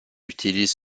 utilise